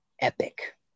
epic